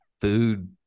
food